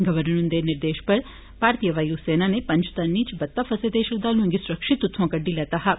governor हुंदे निर्देशें पर भारती वायु सेना नै पंजतरणी च बत्त फसे दे श्रद्वालुएं गी सुरक्षित उत्थुआं कड्डी लैता हा